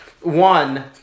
One